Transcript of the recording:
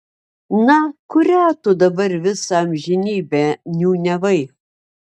na kurią tu dabar visą amžinybę niūniavai